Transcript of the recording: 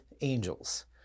angels